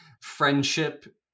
Friendship